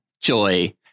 Joy